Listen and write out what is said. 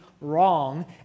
wrong